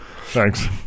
Thanks